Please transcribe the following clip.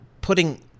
putting –